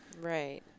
Right